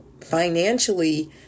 financially